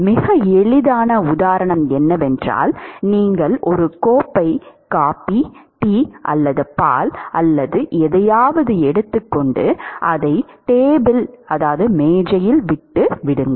மிக எளிதான உதாரணம் என்னவென்றால் நீங்கள் ஒரு கோப்பை காபி டீ அல்லது பால் அல்லது எதையாவது எடுத்துக் கொண்டு அதை டேபிளில் விட்டு விடுங்கள்